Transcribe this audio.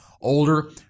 older